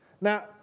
Now